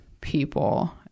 people